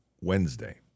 Wednesday